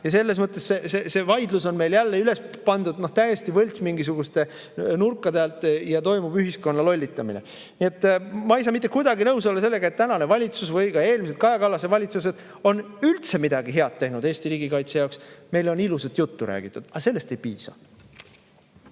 Ja selles mõttes see vaidlus on meil jälle üles pandud täiesti mingisuguste võltsnurkade alt ja toimub ühiskonna lollitamine. Nii et ma ei saa mitte kuidagi nõus olla sellega, et tänane valitsus või ka eelmised Kaja Kallase valitsused on üldse midagi head teinud Eesti riigikaitse jaoks. Meile on ilusat juttu räägitud, aga sellest ei piisa.